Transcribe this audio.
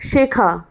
শেখা